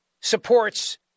supports